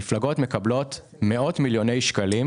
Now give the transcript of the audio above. המפלגות מקבלות מאות מיליוני שקלים.